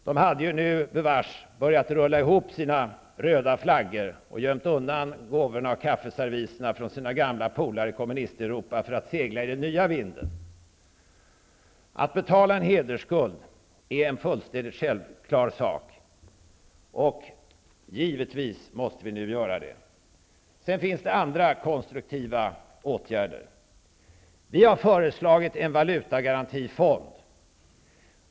De hade ju nu, bevars, börjat rulla ihop sina röda flaggor och gömt undan gåvorna och kaffeservisen från sina gamla polare i Kommunisteuropa för att segla med den nya vinden. Att betala en hedersskuld är en fullständigt självklar sak. Givetvis måste vi göra det. Sedan finns det andra konstruktiva åtgärder. Vi har föreslagit en valutagarantifond.